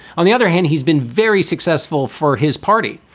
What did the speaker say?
on the other hand, he's been very successful for his party.